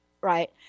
right